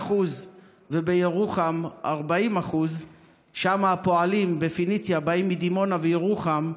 56% ובירוחם 40% הפועלים בפניציה באים מדימונה ומירוחם,